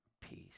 peace